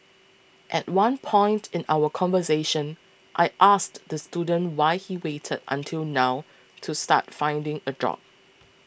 at one point in our conversation I asked the student why he waited until now to start finding a job